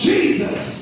Jesus